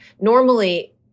normally